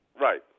Right